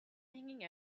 hanging